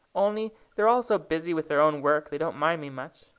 only they're all so busy with their own work, they don't mind me much.